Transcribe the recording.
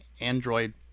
android